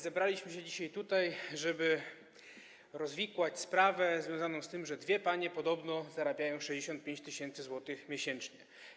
Zebraliśmy się tutaj dzisiaj, żeby rozwikłać sprawę związaną z tym, że dwie panie podobno zarabiają 65 tys. zł miesięcznie.